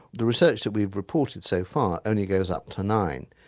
the research that we've reported so far only goes up to nine.